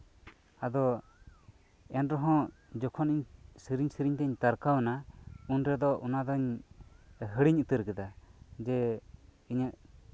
ᱟᱫᱚ ᱮᱱᱨᱮᱦᱚᱸ ᱡᱚᱠᱷᱚᱱᱤᱧ ᱥᱮᱨᱮᱧ ᱥᱮᱨᱮᱧ ᱛᱤᱧ ᱛᱟᱨᱠᱟᱣ ᱱᱟ ᱩᱱ ᱨᱮᱫᱚ ᱚᱱᱟᱫᱚ ᱦᱤᱲᱤᱧ ᱩᱛᱟᱹᱨ ᱠᱮᱫᱟ ᱡᱮ ᱤᱧᱟᱹᱜ